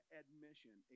admission